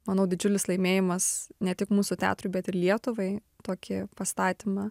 manau didžiulis laimėjimas ne tik mūsų teatrui bet ir lietuvai tokį pastatymą